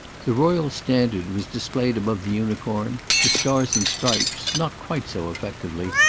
the royal standard was displayed above the unicorn the stars-and-stripes, not quite so effectively,